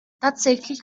tatsächlich